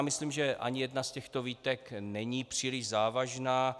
Myslím, že ani jedna z těchto výtek není příliš závažná.